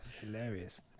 hilarious